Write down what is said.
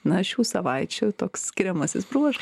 na šių savaičių toks skiriamasis bruož